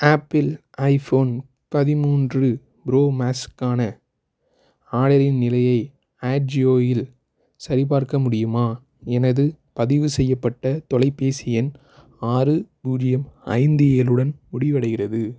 apple iPhone பதிமூன்று pro மேக்ஸ்ஸுக்கான ஆர்டரின் நிலையை ஆஜியோ இல் சரிபார்க்க முடியுமா எனது பதிவு செய்யப்பட்ட தொலைபேசி எண் ஆறு பூஜ்ஜியம் ஐந்து ஏழுடன் முடிவடைகிறது